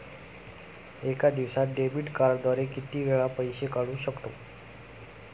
एका दिवसांत डेबिट कार्डद्वारे किती वेळा पैसे काढू शकतो?